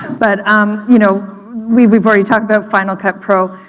but um you know we've we've already talked about final cut pro.